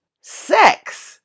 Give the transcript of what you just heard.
sex